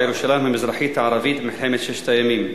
ירושלים המזרחית הערבית במלחמת ששת הימים,